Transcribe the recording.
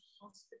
hospital